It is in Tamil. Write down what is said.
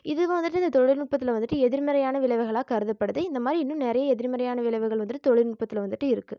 இதுவும் வந்துவிட்டு இந்த தொழில்நுட்பத்தில் வந்துவிட்டு எதிர்மறையான விளைவுகளாக கருதப்படுது இந்தமாதிரி இன்னும் நிறைய எதிர்மறையான விளைவுகள் வந்துவிட்டு தொழில்நுட்பத்தில் வந்துவிட்டு இருக்கு